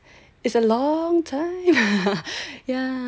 is a long time ya